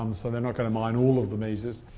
um so they're not going to mine all of the mesas.